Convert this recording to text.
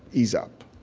ease up